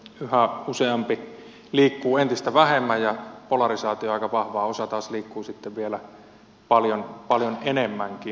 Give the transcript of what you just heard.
toisaalta yhä useampi liikkuu entistä vähemmän ja polarisaatio on aika vahvaa osa taas liikkuu vielä paljon enemmänkin